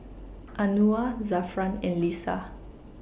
Anuar Zafran and Lisa